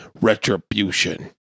retribution